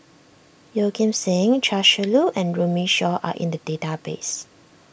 Yeoh Ghim Seng Chia Shi Lu and Runme Shaw are in the database